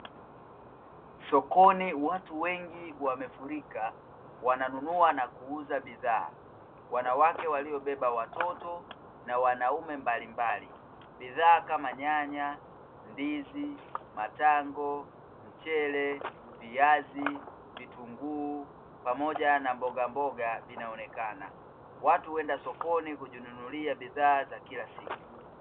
Sokoni watu wengi wamefurika, wananunua na kuuza bidhaa. Wanawake waliobeba watoto na wanaume mbalimbali. Bidhaa kama; nyanya, ndizi, matango, mchele, viazi, vitunguu pamoja na mbogamboga, vinaonekana. Watu huenda sokoni kujinunulia bidhaa za kila siku.